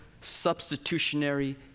substitutionary